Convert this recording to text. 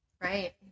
right